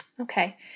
Okay